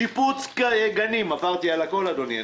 שיפוץ גנים,